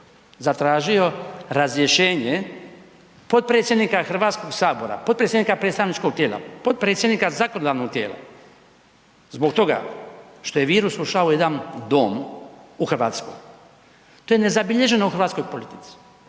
zatražio razrješenje potpredsjedniče HS-a, potpredsjednika predstavničkog tijela, potpredsjednik zakonodavnog tijela, zbog toga što je virus ušao u jedan dom u Hrvatskoj, to je nezabilježeno u hrvatskoj politici.